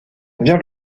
vers